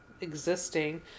existing